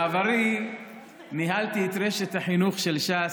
בעברי ניהלתי את רשת החינוך של ש"ס,